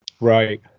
right